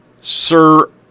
Sir